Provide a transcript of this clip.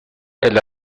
elle